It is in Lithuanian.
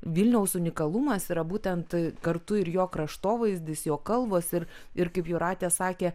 vilniaus unikalumas yra būtent tai kartu ir jo kraštovaizdis jo kalvos ir ir kaip jūratė sakė